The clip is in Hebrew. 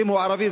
ואם הוא ערבי,